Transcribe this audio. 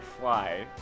fly